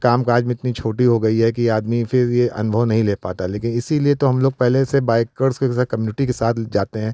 काम काज में इतनी छोटी हो गई है कि आदमी फिर ये अनुभव नहीं ले पाता लेकिन इसीलिए तो हम लोग पहले से बाइकर्स के साथ कम्यूनिटी के साथ जाते हैं